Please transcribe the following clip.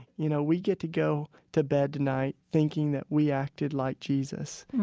you know, we get to go to bed tonight, thinking that we acted like jesus.